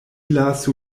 lasu